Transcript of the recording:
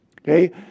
Okay